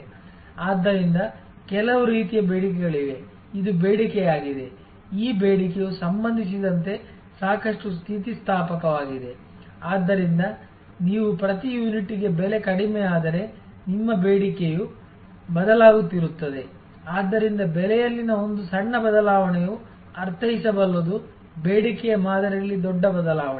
ಆದ್ದರಿಂದ ಕೆಲವು ರೀತಿಯ ಬೇಡಿಕೆಗಳಿವೆ ಇದು ಬೇಡಿಕೆಯಾಗಿದೆ ಈ ಬೇಡಿಕೆಯು ಸಂಬಂಧಿಸಿದಂತೆ ಸಾಕಷ್ಟು ಸ್ಥಿತಿಸ್ಥಾಪಕವಾಗಿದೆ ಆದ್ದರಿಂದ ನೀವು ಪ್ರತಿ ಯೂನಿಟ್ಗೆ ಬೆಲೆ ಕಡಿಮೆಯಾದರೆ ನಿಮ್ಮ ಬೇಡಿಕೆಯು ಬದಲಾಗುತ್ತಿರುತ್ತದೆ ಆದ್ದರಿಂದ ಬೆಲೆಯಲ್ಲಿನ ಒಂದು ಸಣ್ಣ ಬದಲಾವಣೆಯು ಅರ್ಥೈಸಬಲ್ಲದು ಬೇಡಿಕೆಯ ಮಾದರಿಯಲ್ಲಿ ದೊಡ್ಡ ಬದಲಾವಣೆ